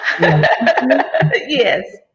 Yes